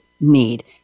need